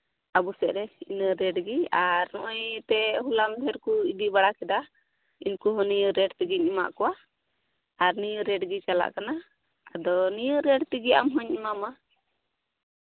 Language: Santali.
ᱟᱵᱩ ᱥᱮᱫ ᱨᱮ ᱤᱱᱟᱹ ᱨᱮᱹᱴ ᱜᱮ ᱟᱨ ᱱᱚᱸᱜᱼᱚᱭ ᱮᱱᱛᱮᱫ ᱦᱚᱞᱟ ᱢᱟᱫᱷᱮᱨ ᱠᱚ ᱤᱫᱤ ᱵᱟᱲᱟ ᱠᱮᱫᱟ ᱩᱝᱠᱩ ᱦᱚᱸ ᱱᱤᱭᱟᱹ ᱨᱮᱹᱴ ᱛᱮᱜᱤᱧ ᱮᱢᱟᱜ ᱠᱚᱣᱟ ᱟᱨ ᱱᱤᱭᱟᱹ ᱨᱮᱹᱴ ᱜᱮ ᱪᱟᱞᱟᱜ ᱠᱟᱱᱟ ᱟᱫᱚ ᱱᱤᱭᱟᱹ ᱨᱮᱹᱴ ᱛᱮᱜᱮ ᱟᱢᱦᱚᱧ ᱮᱢᱟᱢᱟ